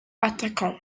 attaquant